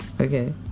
okay